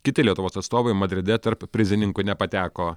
kiti lietuvos atstovai madride tarp prizininkų nepateko